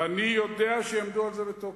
ואני יודע שהם יעמדו על זה בתוקף,